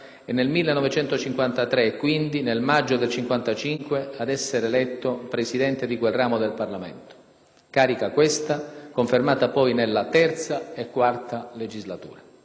e nel 1953 e quindi, nel maggio 1955, ad essere eletto Presidente di quel ramo del Parlamento. Carica, questa, confermata poi nella III e IV legislatura.